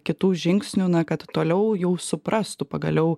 kitų žingsnių na kad toliau jau suprastų pagaliau